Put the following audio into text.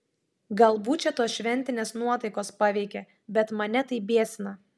galbūt čia tos šventinės nuotaikos paveikė bet mane tai biesina